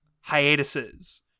hiatuses